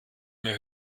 mehr